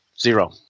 Zero